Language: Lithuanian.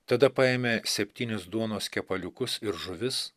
tada paėmė septynis duonos kepaliukus ir žuvis